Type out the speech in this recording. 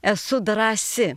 esu drąsi